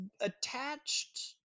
attached